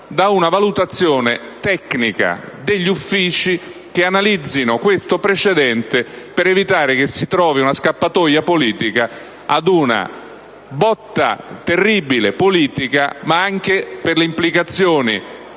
da una valutazione tecnica degli Uffici che dovranno analizzare questo precedente per evitare che si trovi una scappatoia politica ad una terribile botta politica, ma anche per le implicazioni